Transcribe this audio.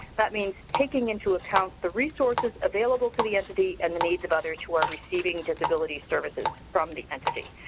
that means taking into account the resources available to the entity and the needs of others who are receiving disability services from the entity.